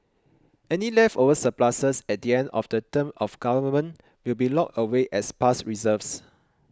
any leftover surpluses at the end of the term of government will be locked away as past reserves